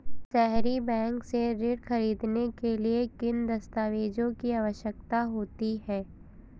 सहरी बैंक से ऋण ख़रीदने के लिए किन दस्तावेजों की आवश्यकता होती है?